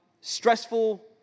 stressful